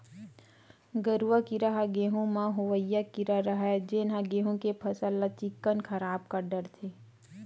गरुआ कीरा ह गहूँ म होवइया कीरा हरय जेन गेहू के फसल ल चिक्कन खराब कर डरथे